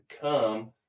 come